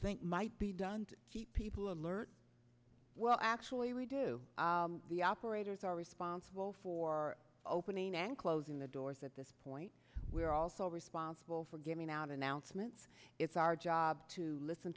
think might be done to keep people alert well actually we do the operators are responsible for opening and closing the doors at this point we are also responsible for giving out announcements it's our job to listen